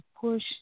push